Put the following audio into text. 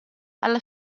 alla